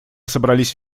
собрались